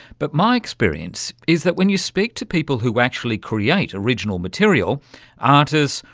but my experience is that when you speak to people who actually create original material artists,